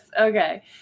okay